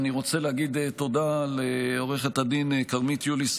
אני רוצה להגיד תודה לעו"ד כרמית יוליס,